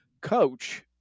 coach